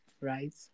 right